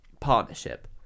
partnership